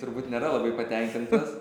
turbūt nėra labai patenkintas